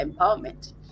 empowerment